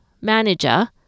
Manager